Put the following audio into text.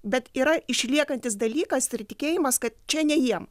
bet yra išliekantis dalykas ir tikėjimas kad čia ne jiem